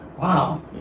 Wow